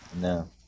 no